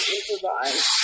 improvise